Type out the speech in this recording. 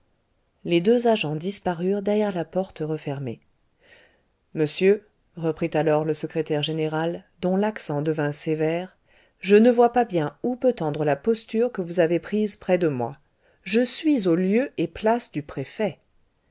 les deux agents disparurent derrière la porte refermée monsieur reprit alors le secrétaire général dont l'accent devint sévère je ne vois pas bien où peut tendre la posture que vous avez prise près de moi je suis au lieu et place du préfet